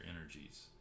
energies